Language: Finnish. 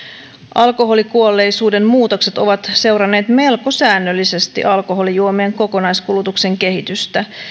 alkoholikuolleisuuden muutokset ovat seuranneet melko säännöllisesti alkoholijuomien kokonaiskulutuksen kehitystä